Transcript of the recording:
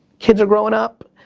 kids are growing up.